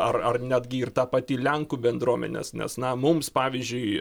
ar ar netgi ir ta pati lenkų bendruomenės nes na mums pavyzdžiui